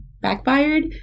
backfired